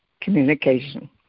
communication